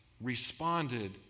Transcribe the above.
responded